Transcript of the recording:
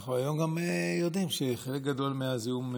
אנחנו היום גם יודעים שחלק גדול מהזיהום,